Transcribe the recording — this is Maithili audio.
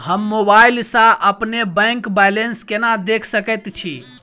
हम मोबाइल सा अपने बैंक बैलेंस केना देख सकैत छी?